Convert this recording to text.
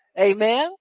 Amen